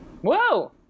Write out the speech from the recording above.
Whoa